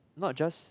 not just